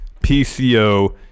PCO